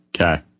Okay